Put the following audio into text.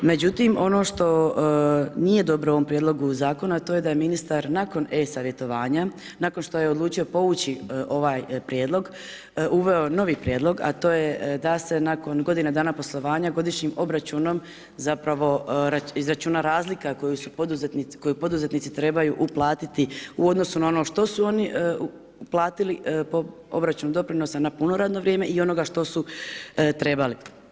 Međutim, ono što nije dobro u ovom Prijedlogu Zakona, a to je da je ministar nakon e-savjetovanja, nakon što je odlučio povući ovaj prijedlog, uveo novi prijedlog, a to je da se nakon godine dana poslovanja godišnjim obračunom zapravo izračuna razlika koju poduzetnici trebaju uplatiti u odnosu na ono što su oni uplatili po obračun doprinosa na puno radno vrijeme i onoga što su trebali.